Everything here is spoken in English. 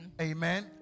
Amen